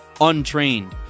untrained